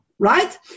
Right